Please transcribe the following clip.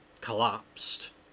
collapsed